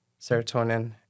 serotonin